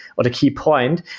but a key point,